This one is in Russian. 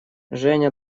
женя